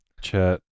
Chat